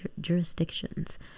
jurisdictions